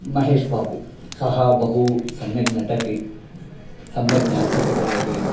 महेशबाबु सः बहु सम्यक् नटति सम्यक् ड्यान्स् अपि करोति